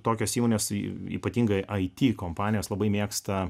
tokios įmonėsypatingai it kompanijos labai mėgsta